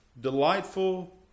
Delightful